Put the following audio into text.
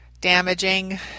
damaging